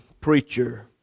preacher